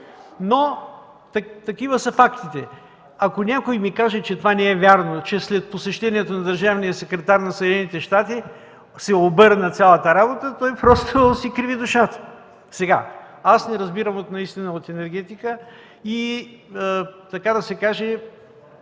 Но такива са фактите. Ако някой ми каже, че не е вярно това, че след посещението на държавния секретар на Съединените щати се обърна цялата работа, той просто си криви душата. Аз не разбирам наистина от енергетика и нямам отношение